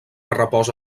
reposa